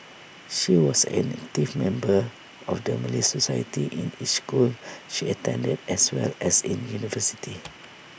she was an active member of the Malay society in each school she attended as well as in university